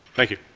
thank you.